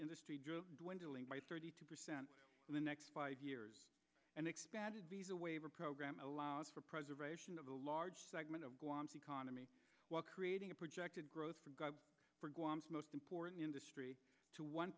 industry dwindling by thirty two percent in the next five years and expanded a waiver program allows for preservation of a large segment of the economy while creating a projected growth most important industry to one